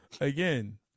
Again